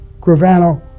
Gravano